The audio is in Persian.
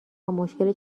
مشکل